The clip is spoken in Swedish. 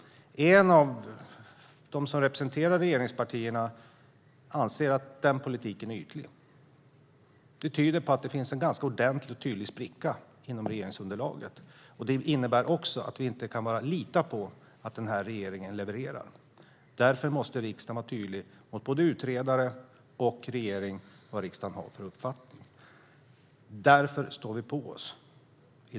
En ledamot som representerar regeringspartierna ansåg att en sådan politik är ytlig. Detta tyder på att det finns en ordentlig och tydlig spricka i regeringsunderlaget. Det innebär också att vi inte bara kan lita på att regeringen levererar. Riksdagen måste därför vara tydlig med sin uppfattning mot både utredare och regering, och det är därför vi i detta fall står på oss.